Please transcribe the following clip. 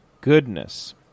goodness